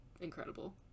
Incredible